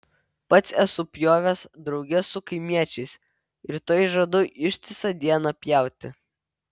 pats esu pjovęs drauge su kaimiečiais rytoj žadu ištisą dieną pjauti